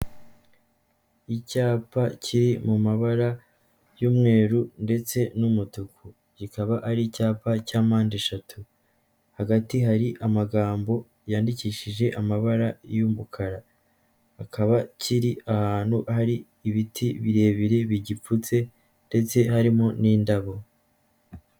Icyapa kiri mu mabara y'umweru ndetse n'umutuku kikaba ari icyapa cya mpande eshatu, hagati hari amagambo yandikishije amabara y'umukara kikaba kiri ahantu hari ibiti birebire bigipfutse ndetse harimo n'indabo.